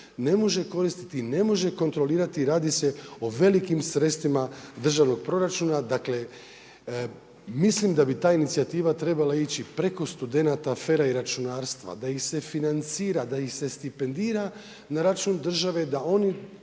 ne može koristiti i ne može kontrolirati radi se o velikim sredstvima državnog proračuna. Dakle mislim da bi ta inicijativa trebala ići preko studenata FER-a i računarstva da ih se financira, da ih se stipendira na račun države da oni